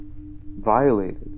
violated